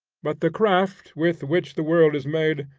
but the craft with which the world is made,